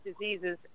diseases